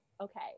okay